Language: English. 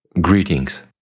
Greetings